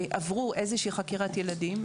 עברו איזושהי חקירת ילדים,